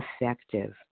effective